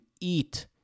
eat